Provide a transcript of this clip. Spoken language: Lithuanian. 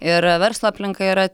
ir verslo aplinka yra